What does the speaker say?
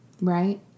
right